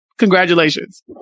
congratulations